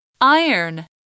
Iron